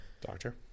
Doctor